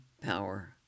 power